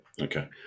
okay